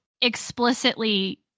explicitly